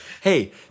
Hey